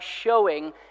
showing